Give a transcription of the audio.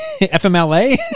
FMLA